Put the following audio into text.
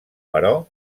però